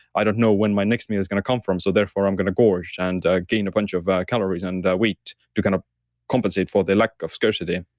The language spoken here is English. i don't know when my next meal is going to come from, so therefore i'm going to gorge and gain a bunch of calories and weight to kind of compensate for the lack of scarcity.